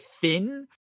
thin